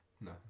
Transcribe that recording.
No